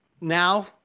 now